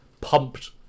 pumped